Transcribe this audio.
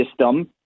system